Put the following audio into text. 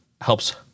helps